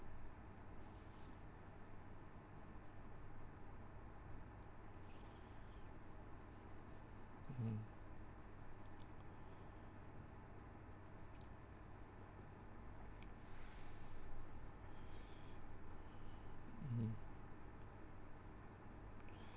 uh uh